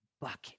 bucket